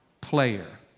player